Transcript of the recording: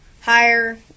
higher